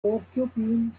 porcupine